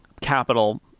capital